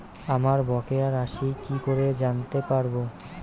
আমার বকেয়া রাশি কি করে জানতে পারবো?